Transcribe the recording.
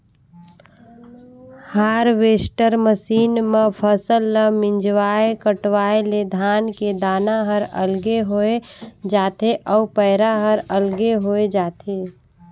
harvester machine म फसल ल मिंजवाय कटवाय ले धान के दाना हर अलगे होय जाथे अउ पैरा हर अलगे होय जाथे